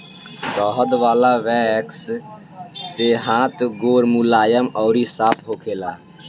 शहद वाला वैक्स से हाथ गोड़ मुलायम अउरी साफ़ होखेला